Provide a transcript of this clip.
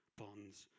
bonds